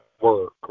work